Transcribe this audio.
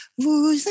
Vous